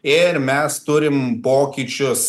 ir mes turim pokyčius